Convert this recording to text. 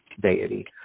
deity